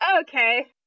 okay